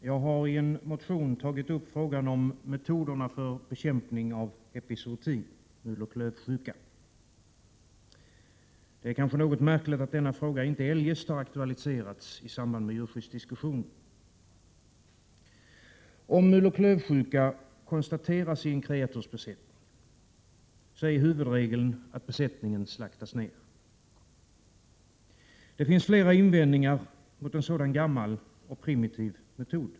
Herr talman! Jag har i en motion tagit upp frågan om metoderna för bekämpning av epizooti, muloch klövsjuka. Det är kanske något märkligt att denna fråga inte eljest har aktualiserats i samband med djurskyddsdiskussionen. Om muloch klövsjuka konstateras i en kreatursbesättning, är huvudregeln att besättningen slaktas. Det finns flera invändningar mot en sådan gammal och primitiv metod.